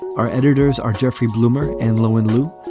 our editors are jeffrey blumer and lo and lu.